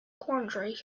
quandary